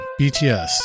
BTS